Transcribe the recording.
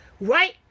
right